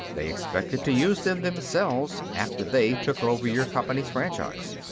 they expected to use them, themselves, after they took over your company's franchise.